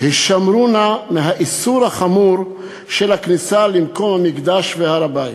הישמרו נא מהאיסור החמור של הכניסה למקום המקדש והר-הבית.